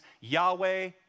Yahweh